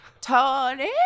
Tony